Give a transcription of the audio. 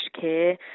care